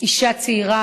אישה צעירה,